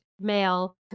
male